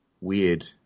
Weird